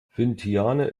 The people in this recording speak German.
vientiane